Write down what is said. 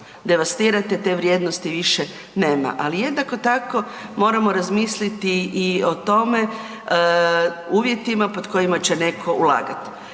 devastirate, te vrijednosti više nema. Ali, jednako tako moramo razmisliti i o tome, uvjetima pod kojima će netko ulagati.